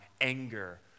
anger